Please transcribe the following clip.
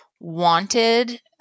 wanted